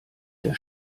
der